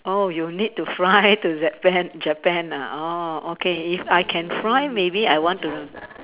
oh you need to fly to Japan Japan ah orh okay if I can fly maybe I want to